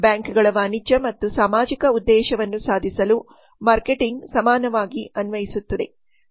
ಬ್ಯಾಂಕುಗಳ ವಾಣಿಜ್ಯ ಮತ್ತು ಸಾಮಾಜಿಕ ಉದ್ದೇಶವನ್ನು ಸಾಧಿಸಲು ಮಾರ್ಕೆಟಿಂಗ್ ಸಮಾನವಾಗಿ ಅನ್ವಯಿಸುತ್ತದೆ